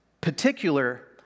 particular